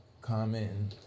commenting